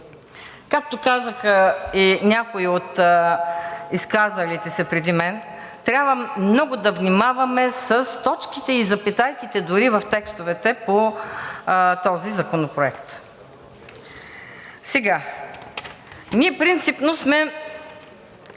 както казаха и някои от изказалите се преди мен, трябва много да внимаваме с точките и запетайките дори в текстовете по този законопроект. Ние принципно сме